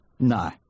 No